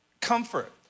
comfort